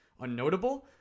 unnotable